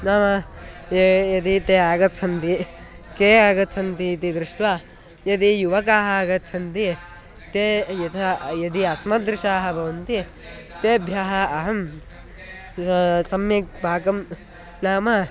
नाम ये यदि ते आगच्छन्ति के आगच्छन्ति इति दृष्ट्वा यदि युवकाः आगच्छन्ति ते यथा यदि अस्मत् सदृशाः भवन्ति तेभ्यः अहं सम्यक् भागं नाम